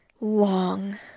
Long